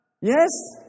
Yes